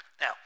Now